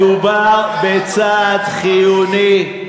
מדובר בצעד חיוני,